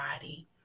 body